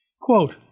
Quote